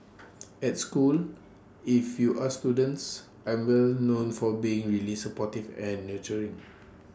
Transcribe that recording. at school if you ask students I'm well known for being really supportive and nurturing